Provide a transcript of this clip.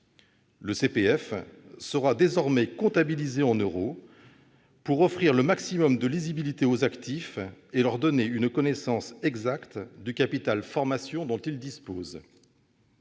Le CPF sera désormais comptabilisé en euros, pour offrir le maximum de lisibilité aux actifs et leur donner une connaissance exacte du capital formation dont ils disposent.